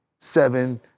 seven